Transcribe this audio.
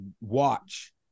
watch